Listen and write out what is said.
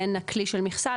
בין הכלי של מכסה,